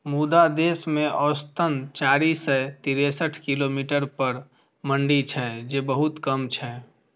मुदा देश मे औसतन चारि सय तिरेसठ किलोमीटर पर मंडी छै, जे बहुत कम छै